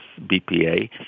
BPA